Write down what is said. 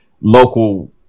local